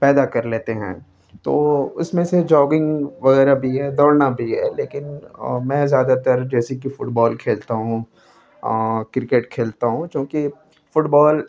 پیدا کر لیتے ہیں تو اس میں سے جاگنگ وغیرہ بھی ہے دوڑنا بھی ہے لیکن میں زیادہ تر جیسے کہ فٹ بال کھیلتا ہوں کرکٹ کھیلتا ہوں چونکہ فٹ بال